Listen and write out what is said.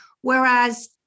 Whereas